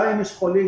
גם אם יש חולים,